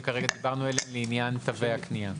שכרגע דיברנו עליהן לעניין תווי הקנייה?